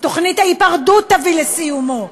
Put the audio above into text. תוכנית ההיפרדות תביא לסיומו,